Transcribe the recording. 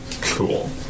cool